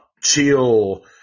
chill